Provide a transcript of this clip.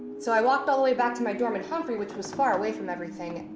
so i walked all the way back to my dorm in humphrey, which was far away from everything,